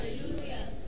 Hallelujah